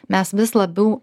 mes vis labiau